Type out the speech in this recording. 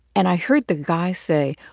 and i heard the guy say,